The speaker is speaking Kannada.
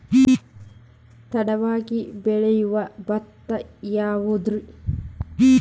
ತಡವಾಗಿ ಬೆಳಿಯೊ ಭತ್ತ ಯಾವುದ್ರೇ?